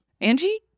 Angie